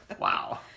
Wow